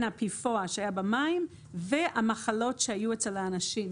ה-PFOA שהיה במים לבין המחלות שהיו אצל האנשים.